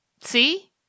See